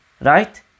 Right